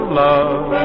love